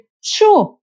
sure